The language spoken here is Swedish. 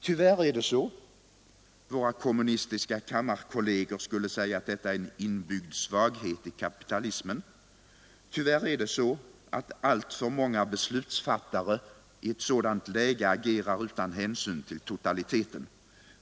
Tyvärr — våra kommunistiska kammarkollegor skulle säga att detta är en inbyggd svaghet i kapitalismen — agerar alltför många beslutsfattare utan hänsyn till totaliteten.